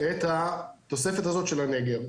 את התוספת הזאת של הנגר,